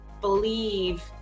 believe